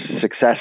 success